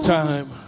time